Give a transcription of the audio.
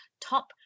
top